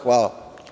Hvala.